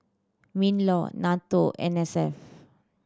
MinLaw NATO and N S F